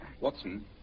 Watson